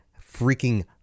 freaking